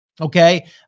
Okay